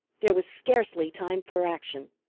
there was scarcely time for action.